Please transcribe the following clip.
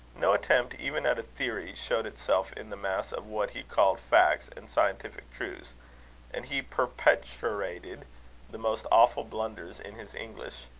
no attempt even at a theory, showed itself in the mass of what he called facts and scientific truths and he perpeturated the most awful blunders in his english.